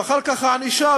ואחר כך הענישה,